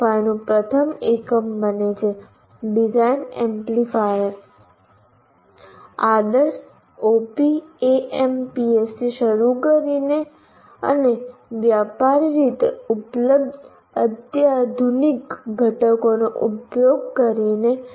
CO5 નું પ્રથમ એકમ બને છે design amplifiers VCVS CCVS VCCS અને CCCS આદર્શ OP Amps થી શરૂ કરીને અને વ્યાપારી રીતે ઉપલબ્ધ અત્યાધુનિક ઘટકોનો ઉપયોગ કરીને